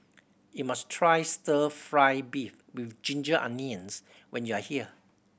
you must try Stir Fry beef with ginger onions when you are here